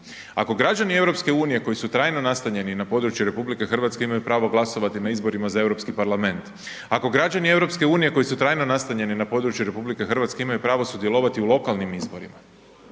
Ako građani EU koji su trajno nastanjeni na RH imaju pravo glasovati na izborima za EU parlament, ako građani EU koji su trajno nastanjeni na području RH imaju pravo sudjelovati u lokalnim izborima,